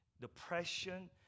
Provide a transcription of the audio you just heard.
depression